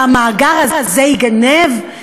שהמאגר הזה ייגנב?